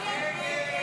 התקבלה.